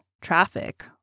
traffic